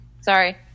sorry